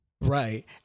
Right